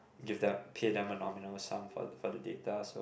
give them pay them a nominal sum for for the data so